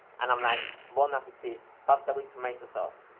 and i'm, like, bon appetit pasta with tomato sauce!